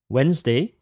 Wednesday